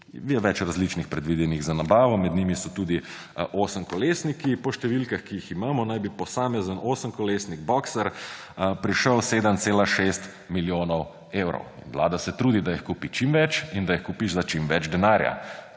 je predvidenih za nabavo, med njimi so tudi osemkolesniki. Po številkah, ki jih imamo, naj bi posamezen osemkolesnik boxer stal 7,6 milijona evrov. Vlada se trudi, da jih kupi čim več in da jih kupi za čim več denarja.